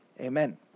Amen